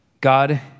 God